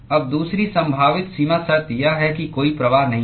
अब दूसरी संभावित सीमा शर्त यह है कि कोई प्रवाह नहीं है